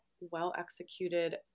well-executed